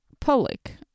public